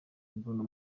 bruno